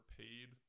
paid